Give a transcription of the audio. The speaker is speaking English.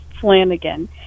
Flanagan